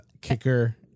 kicker